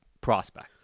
prospect